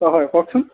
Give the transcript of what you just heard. অ' হয় কওকচোন